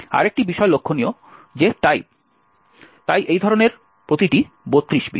আরেকটি বিষয় লক্ষণীয় যে টাইপ তাই এই ধরনের প্রতিটি 32 বিট